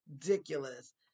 ridiculous